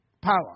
power